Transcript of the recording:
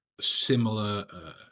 similar